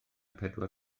pedwar